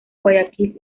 guayaquil